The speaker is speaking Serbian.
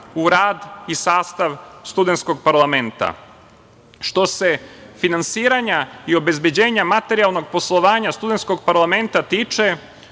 u rad i sastav studentskog parlamenta. Što se finansiranja i obezbeđenja materijalnog poslovanja studentskog parlamenta tiče,